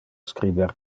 scriber